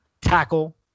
tackle